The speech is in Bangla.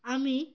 আমি